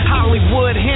Hollywood